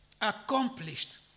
accomplished